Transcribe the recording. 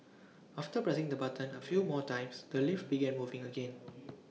after pressing the button A few more times the lift began moving again